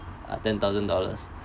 are ten thousand dollars